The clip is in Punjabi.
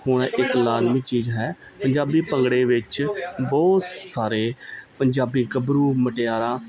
ਹੋਣਾ ਇੱਕ ਲਾਜ਼ਮੀ ਚੀਜ਼ ਹੈ ਪੰਜਾਬੀ ਭੰਗੜੇ ਵਿੱਚ ਬਹੁਤ ਸਾਰੇ ਪੰਜਾਬੀ ਗੱਭਰੂ ਮੁਟਿਆਰਾਂ